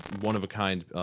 one-of-a-kind